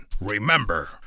Remember